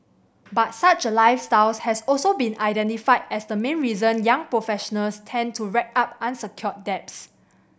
but such a lifestyle has also been identified as the main reason young professionals tend to rack up unsecured debts